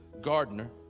gardener